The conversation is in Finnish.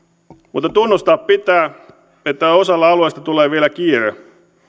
mutta tunnustaa pitää että osalla alueista tulee vielä kiire